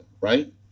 right